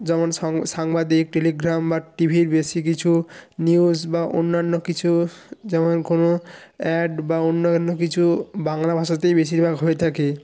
যেমন সাংবাদিক টেলিগ্রাম বা টিভির বেশি কিছু নিউস বা অন্যান্য কিছু যেমন কোনো অ্যাড বা অন্যান্য কিছু বাংলা ভাষাতেই বেশিরভাগ হয়ে থাকে